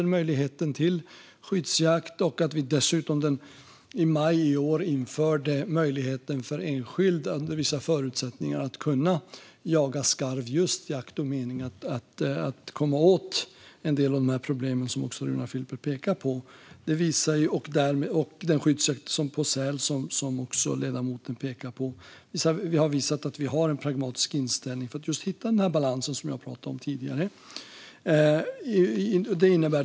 I maj i år införde vi dessutom möjligheten för enskilda att jaga skarv under vissa förutsättningar, just i akt och mening att komma åt en del av de problem som Runar Filper pekar på. Vi har också den skyddsjakt på säl som ledamoten pekar på. Allt detta visar att vi har en pragmatisk inställning för att hitta just den balans som jag pratade om tidigare.